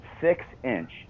six-inch